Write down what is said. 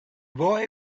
boy